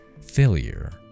failure